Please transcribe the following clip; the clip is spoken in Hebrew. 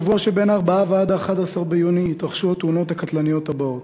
בשבוע שמה-4 ועד 11 ביוני התרחשו התאונות הקטלניות הבאות: